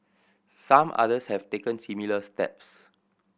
some others have taken similar steps